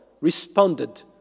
responded